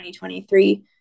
2023